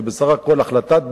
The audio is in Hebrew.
כי בסך הכול החלטת בג"ץ,